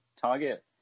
Target